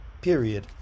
Period